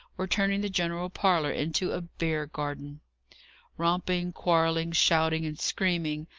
were turning the general parlour into a bear-garden. romping, quarrelling, shouting and screaming,